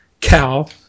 Cal